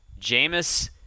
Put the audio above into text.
Jameis